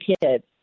kids